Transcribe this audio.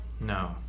no